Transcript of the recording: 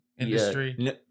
industry